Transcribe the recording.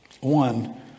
One